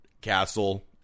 castle